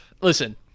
Listen